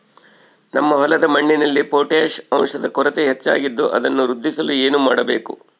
ನಮ್ಮ ಹೊಲದ ಮಣ್ಣಿನಲ್ಲಿ ಪೊಟ್ಯಾಷ್ ಅಂಶದ ಕೊರತೆ ಹೆಚ್ಚಾಗಿದ್ದು ಅದನ್ನು ವೃದ್ಧಿಸಲು ಏನು ಮಾಡಬೇಕು?